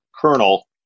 colonel